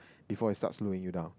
before it starts slowing you down